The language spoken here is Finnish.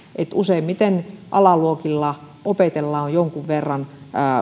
että useimmiten alaluokilla opetellaan jonkun verran